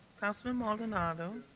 councilman maldonado.